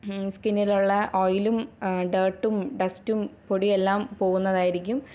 സ്കിന്നിലുള്ള ഓയിലും ഡേട്ടും ഡെസ്റ്റും പൊടിയെല്ലാം പോകുന്നതായിരിക്കും